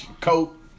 coat